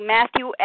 Matthew